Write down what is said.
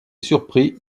surpris